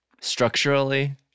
structurally